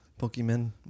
Pokemon